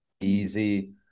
Easy